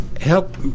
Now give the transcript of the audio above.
help